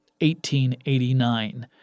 1889